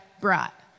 brought